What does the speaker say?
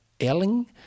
Elling